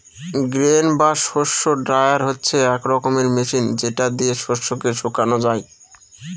grain বা শস্য dryer হচ্ছে এক রকমের মেশিন যেটা দিয়ে শস্যকে শুকানো যায়